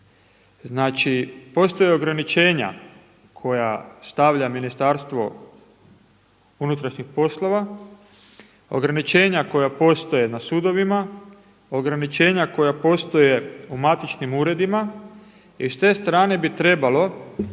znači postoje ograničenja koje stavlja MUP, ograničenja koja postoje na sudovima, ograničenja koja postoje u matičnim uredima i s te strane bi trebalo